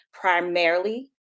primarily